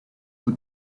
who